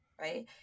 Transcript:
right